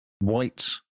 white